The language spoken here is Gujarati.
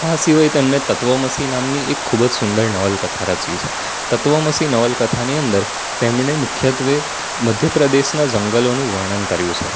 આ સિવાય તેમણે તત્વમશી નામની એક ખૂબ જ સુંદર નવલકથા રચી છે તત્વમશી નવલકથાની અંદર તેમને મુખ્યત્વે મધ્યપ્રદેશના જંગલોનું વર્ણન કર્યું છે